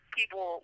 People